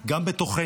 גם בתוכנו,